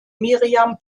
miriam